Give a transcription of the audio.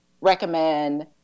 recommend